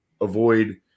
avoid